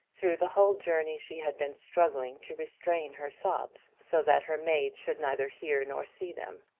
through the whole journey she had been struggling to restrain her sobs so that her maid should neither hear nor see them.